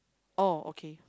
oh okay